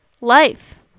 life